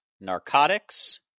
narcotics